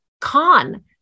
con